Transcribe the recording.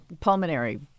pulmonary